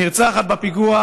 הנרצחת בפיגוע